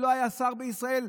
שלא היה שר בישראל,